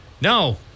No